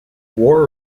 war